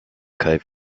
kite